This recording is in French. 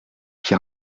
qui